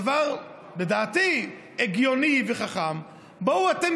דבר לדעתי הגיוני וחכם: בואו אתם,